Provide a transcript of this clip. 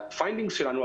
הפיינדינגס שלנו.